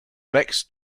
mixed